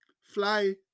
fly